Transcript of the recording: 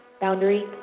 Boundary